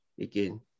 again